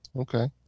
Okay